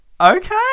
Okay